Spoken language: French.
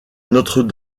notre